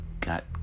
got